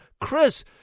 Chris